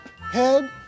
head